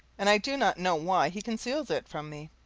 and i do not know why he conceals it from me.